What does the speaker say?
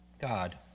God